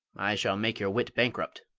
i shall make your wit bankrupt.